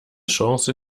chance